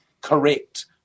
correct